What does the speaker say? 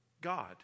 God